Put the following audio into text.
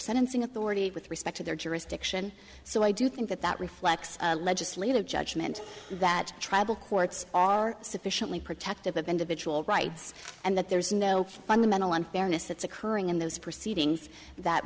sentencing authority with respect to their jurisdiction so i do think that that reflects legislative judgment that tribal courts are sufficiently protective of individual rights and that there's no fundamental unfairness that's occurring in those proceedings that